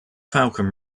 falcon